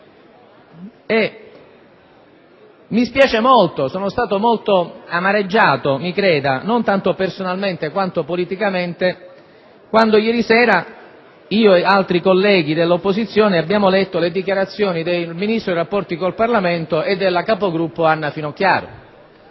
Regolamento. Sono molto amareggiato - mi creda, non tanto personalmente quanto politicamente - quando ieri sera io ed altri colleghi dell'opposizione abbiamo letto le dichiarazioni del Ministro per i rapporti con il Parlamento e della capogruppo Anna Finocchiaro.